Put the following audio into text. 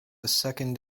second